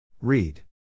Read